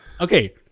Okay